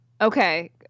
Okay